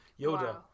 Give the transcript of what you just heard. Yoda